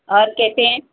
और कैसे हैं